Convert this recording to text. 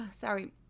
sorry